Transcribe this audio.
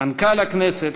מנכ"ל הכנסת,